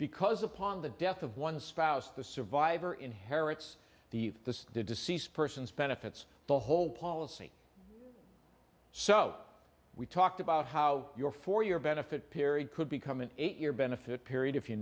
because upon the death of one spouse the survivor inherits the the deceased persons benefits the whole policy so we talked about how your for your benefit period could become an eight year benefit period if you